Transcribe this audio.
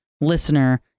listener